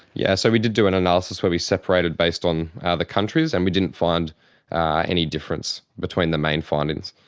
yes, so we did do an analysis where we separated based on the countries and we didn't find any difference between the main findings.